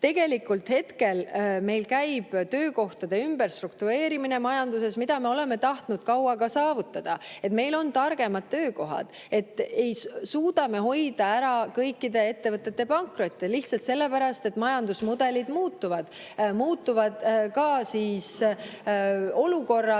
Tegelikult hetkel meil käib majanduses töökohtade ümberstruktureerimine. Seda me oleme tahtnud kaua saavutada, et meil oleks targemad töökohad. Me ei suuda hoida ära kõikide ettevõtete pankrotte lihtsalt sellepärast, et majandusmudelid muutuvad, muutuvad ka olukorrad,